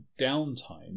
downtime